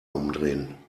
umdrehen